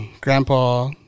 grandpa